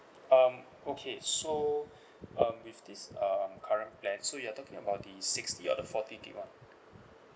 um okay so um with this um current plan so you're talking about the sixty or the forty gig [one]